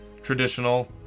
traditional